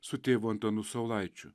su tėvu antanu saulaičiu